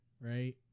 right